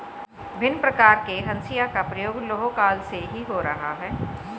भिन्न प्रकार के हंसिया का प्रयोग लौह काल से ही हो रहा है